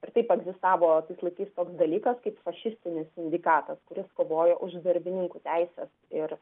ir taip egzistavo tais laikais toks dalykas kaip fašistinis sindikatas kuris kovoja už darbininkų teises ir